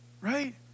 right